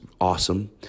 awesome